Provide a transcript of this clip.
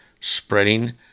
spreading